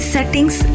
Settings